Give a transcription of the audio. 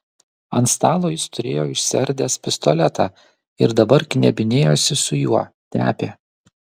ant stalo jis turėjo išsiardęs pistoletą ir dabar knebinėjosi su juo tepė